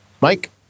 Mike